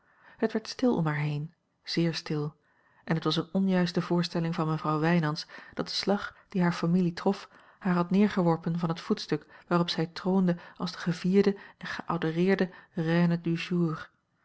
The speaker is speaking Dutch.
het werd stil om haar heen zeer stil en het was eene onjuiste voorstelling van mevrouw wijnands dat de slag die hare familie trof haar had neergeworpen van het voetstuk waarop zij troonde als de gevierde en geadoreerde reine du jour